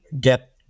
get